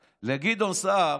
למה: גדעון סער,